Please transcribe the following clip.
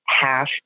half